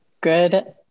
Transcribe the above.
Good